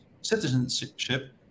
citizenship